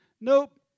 nope